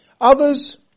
Others